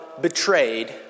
betrayed